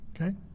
okay